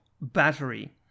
battery